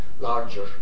larger